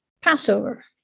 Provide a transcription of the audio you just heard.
Passover